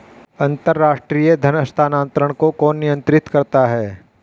अंतर्राष्ट्रीय धन हस्तांतरण को कौन नियंत्रित करता है?